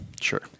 Sure